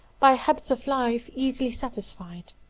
by habits of life easily satisfied.